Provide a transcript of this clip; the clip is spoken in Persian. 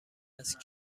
است